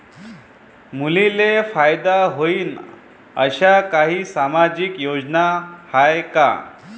मुलींले फायदा होईन अशा काही सामाजिक योजना हाय का?